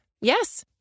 Yes